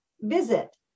visit